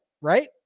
right